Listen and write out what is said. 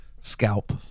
scalp